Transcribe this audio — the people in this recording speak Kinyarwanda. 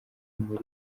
muri